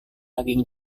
daging